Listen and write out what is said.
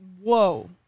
whoa